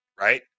right